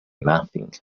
nothing